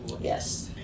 yes